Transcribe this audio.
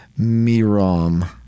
Miram